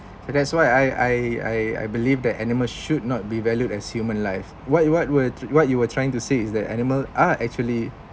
for that's why I I I I believe the animals should not be valued as human live what what were what you were trying to say is the animal are actually